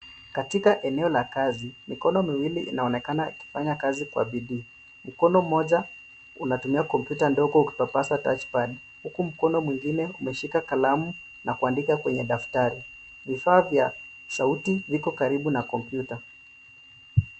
Katika eneo la kazi, mikono miwili inaonekana ikifanya kazi kw bidii, mkono mmoja unatumia kompyuta ndogo kupapasa touchpad huku mkono mwingine umeshika kalamu na kuandika kwenye daftari. Vifaa vya sauti viko karibu na kompyuta.